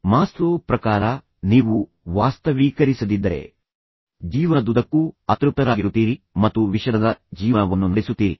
Maslow ಪ್ರಕಾರ ನೀವು ವಾಸ್ತವೀಕರಿಸದಿದ್ದರೆ ನಿಮ್ಮ ಜೀವನದುದ್ದಕ್ಕೂ ನೀವು ಅತೃಪ್ತರಾಗಿರುತ್ತೀರಿ ಮತ್ತು ನೀವು ವಿಷಾದದ ಜೀವನವನ್ನು ನಡೆಸುತ್ತೀರಿ